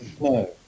No